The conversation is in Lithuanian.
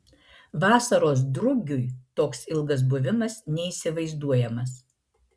vasaros drugiui toks ilgas buvimas neįsivaizduojamas